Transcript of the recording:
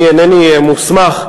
אני אינני מוסמך,